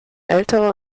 älterer